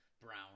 brown